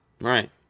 Right